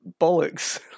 bollocks